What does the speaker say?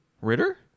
Ritter